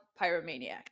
pyromaniac